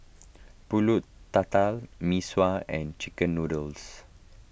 Pulut Tatal Mee Sua and Chicken Noodles